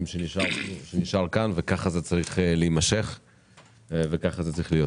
שנשאר כאן - וכך צריך להמשיך ולהיות.